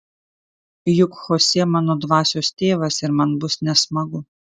juk chosė mano dvasios tėvas ir man bus nesmagu